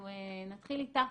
אנחנו נתחיל איתך,